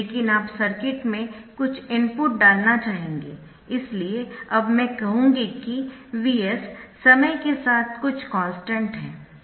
लेकिन आप सर्किट में कुछ इनपुट डालना चाहेंगे इसलिए अब मैं कहूंगी कि Vs समय के साथ कुछ कॉन्स्टन्ट है